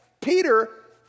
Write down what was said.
Peter